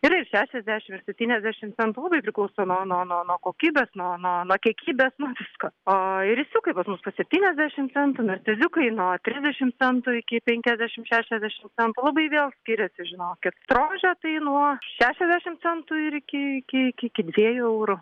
yra ir šešiasdešimt ir septyniasdešimt centų priklauso nuo nuo nuo kokybės nuo kiekybės nuo visko o irisiukai pas mus po septyniasdešimt centų narciziukai nuo trisdešimt centų iki penkiasdešimt šešiasdešimt centų o bei vėl skiriasi žinokit rožė tai nuo šešiasdešimt centų ir iki iki iki dviejų eurų